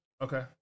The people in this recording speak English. Okay